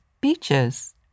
Beaches